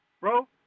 bro